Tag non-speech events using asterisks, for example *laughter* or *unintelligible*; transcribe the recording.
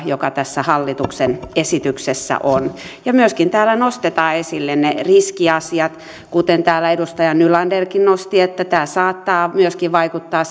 joka tässä hallituksen esityksessä on ja myöskin täällä nostetaan esille ne riskiasiat kuten täällä edustaja nylanderkin nosti että tämä saattaa myöskin vaikuttaa *unintelligible*